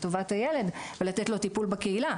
לטובת הילד ולתת לו טיפול בקהילה,